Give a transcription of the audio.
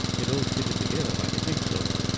it all fitted together like a jigsaw.